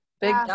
big